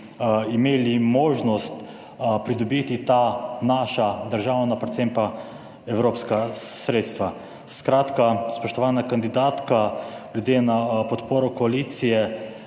imeli možnost pridobiti ta naša državna, predvsem pa evropska sredstva. Skratka spoštovana kandidatka glede na podporo koalicije